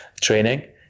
training